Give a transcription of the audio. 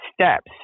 steps